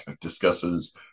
discusses